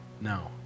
No